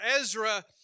Ezra